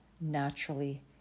naturally